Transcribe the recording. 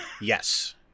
yes